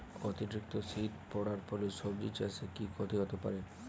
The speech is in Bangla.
অতিরিক্ত শীত পরার ফলে সবজি চাষে কি ক্ষতি হতে পারে?